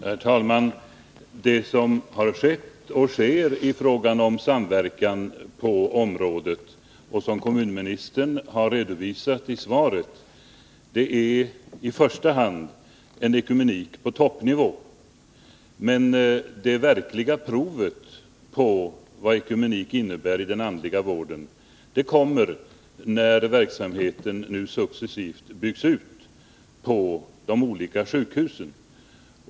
Herr talman! Det som har skett och sker i fråga om samverkan på området, och som kommunministern har redovisat i svaret, är i första hand en ekumenik på toppnivå. Men det verkliga provet på vad ekumenik innebär i den andliga vården kommer när verksamheten nu successivt byggs ut på de olika sjukhusen.